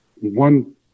One